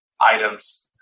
items